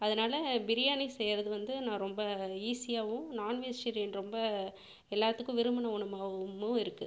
அதனால பிரியாணி செய்கிறது வந்து நான் ரொம்ப ஈஸியாகவும் நாண் வெஜிடேரியன் ரொம்ப எல்லாத்துக்கும் விரும்பின ஒன்றுவாமும் இருக்குது